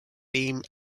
beam